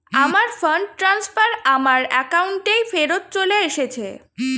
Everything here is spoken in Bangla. আমার ফান্ড ট্রান্সফার আমার অ্যাকাউন্টেই ফেরত চলে এসেছে